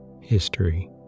History